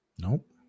Nope